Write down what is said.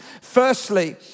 Firstly